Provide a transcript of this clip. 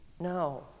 No